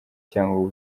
cyangugu